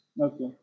Okay